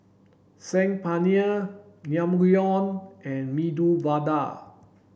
Saag Paneer Naengmyeon and Medu Vada